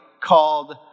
called